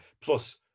plus